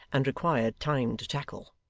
and required time to tackle.